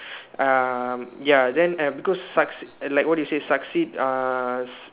uh ya then uh because succeed like what you say succeed uh